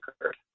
occurred